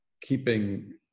keeping